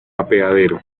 apeadero